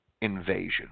invasion